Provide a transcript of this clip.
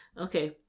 Okay